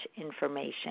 information